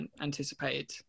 anticipated